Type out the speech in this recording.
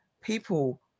people